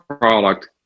product